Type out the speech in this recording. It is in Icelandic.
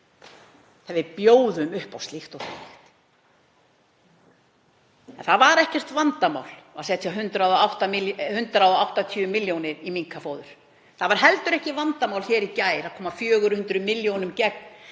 þegar við bjóðum upp á slíkt? En það var ekkert vandamál að setja 180 milljónir í minkafóður. Það var heldur ekki vandamál í gær að koma 400 milljónum í gegn